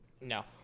No